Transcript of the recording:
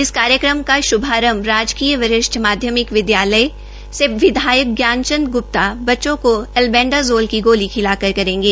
इस कार्यक्रम का शुभारंभ राजकीय वरिष्ठ माध्यमिक विदयालय पंचकला से विधायक ज्ञानचंद ग्रप्ता बच्चों को एल्बेडाजोल की गोली खिलाकर करेंगे